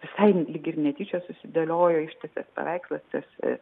visai lyg ir netyčia susidėliojo ištisas paveikslas tas